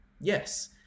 Yes